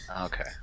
Okay